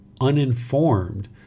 uninformed